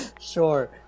Sure